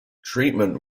treatment